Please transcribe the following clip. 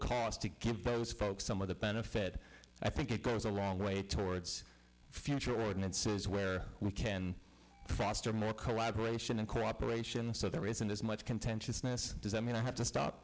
cost to give those folks some of the benefit i think it goes a long way towards future ordinances where we can foster more collaboration and cooperation so there isn't as much contentiousness does that mean i have to stop